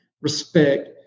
respect